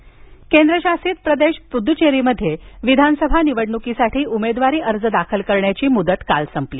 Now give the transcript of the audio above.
पुदुच्चेरी केंद्रशासित प्रदेश पुदुच्चेरीमध्ये विधानसभा निवडणुकीसाठी उमेदवारी अर्ज दाखल करण्याची मुदत काल संपली